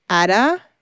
Ada